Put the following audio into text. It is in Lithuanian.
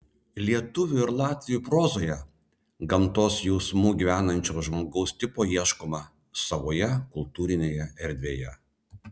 lietuvių ir latvių prozoje gamtos jausmu gyvenančio žmogaus tipo ieškoma savoje kultūrinėje erdvėje